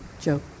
Joe